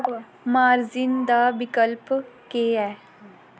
margin दा विकल्प केह् ऐ